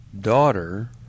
daughter